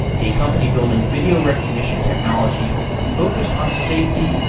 a company building video recognition technology focused on safety,